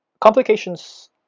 Complications